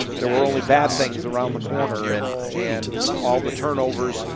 there were only bad things around the corner and and all the turnovers.